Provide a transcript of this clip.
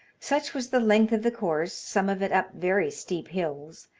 such was the length of the course, some of it up very steep hills,